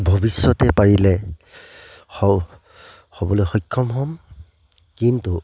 ভৱিষ্যতে পাৰিলে হ'বলৈ সক্ষম হ'ম কিন্তু